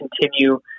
continue